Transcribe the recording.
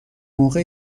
موقع